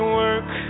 work